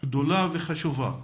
גדולה וחשובה,